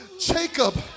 Jacob